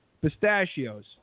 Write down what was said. Pistachios